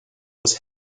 was